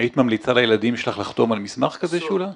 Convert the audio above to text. היית ממליצה לילדים שלך לחתום על מסמך כזה, שולה?